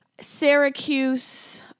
Syracuse